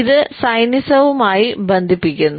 ഇത് സൈനിസവുമായി ബന്ധിപ്പിക്കുന്നു